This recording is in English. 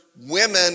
women